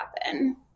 happen